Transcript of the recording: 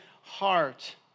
heart